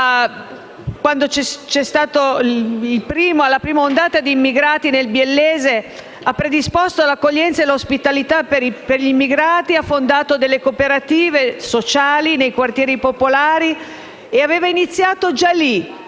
in occasione della prima ondata di immigrati nel biellese ha predisposto l'accoglienza e l'ospitalità per gli immigrati, ha fondato delle cooperative sociali nei quartieri popolari. Aveva iniziato da lì